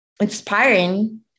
inspiring